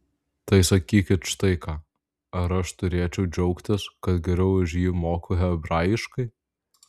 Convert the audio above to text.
tai sakykit štai ką ar aš turėčiau džiaugtis kad geriau už jį moku hebrajiškai